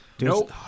No